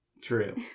true